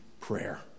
prayer